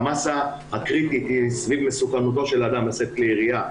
המאסה הקריטית היא סביב מסוכנותו של אדם לשאת כלי ירייה,